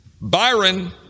Byron